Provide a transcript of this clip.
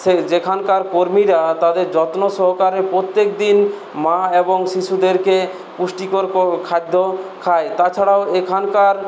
সে যেখানকার কর্মীরা তাদের যত্ন সহকারে প্রত্যেকদিন মা এবং শিশুদেরকে পুষ্টিকর খাদ্য খায় তাছাড়াও এখানকার